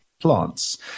plants